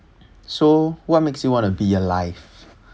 so what makes you want to be alive